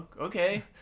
okay